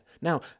Now